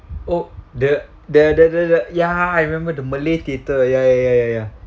oh the the the the ya I remember the malay theatre ya ya ya ya